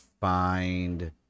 find